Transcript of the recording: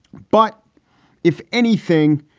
but if anything,